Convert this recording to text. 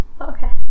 Okay